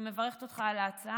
אני מברכת אותך על ההצעה,